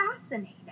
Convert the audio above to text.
fascinating